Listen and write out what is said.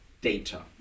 data